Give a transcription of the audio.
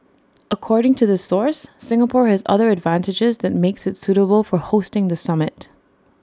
according to the source Singapore has other advantages that makes IT suitable for hosting the summit